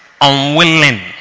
unwilling